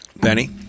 Benny